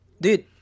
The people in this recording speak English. dude